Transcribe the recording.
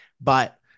but-